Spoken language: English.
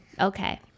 Okay